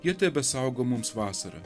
jie tebesaugo mums vasarą